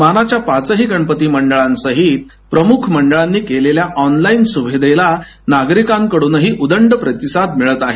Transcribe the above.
मानाच्या पाचही मंडळांसहीत प्रमुख मंडळांनी केलेल्या आनलाईन सुविधेला नागरिकांकडूनही उदंड प्रतिसाद मिळत आहे